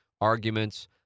arguments